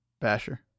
Basher